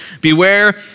Beware